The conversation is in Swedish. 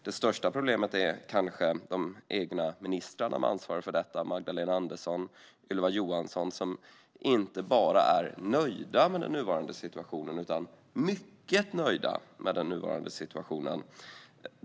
Det största problemet är kanske de egna ministrarna med ansvar för detta - Magdalena Andersson och Ylva Johansson - som inte bara är nöjda utan mycket nöjda med den nuvarande situationen.